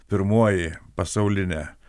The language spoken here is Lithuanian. pirmoji pasaulinė